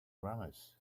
grammars